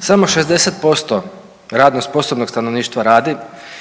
Samo 60% radno sposobnog stanovništva radi.